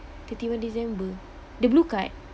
thirty one december the blue card